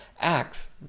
Acts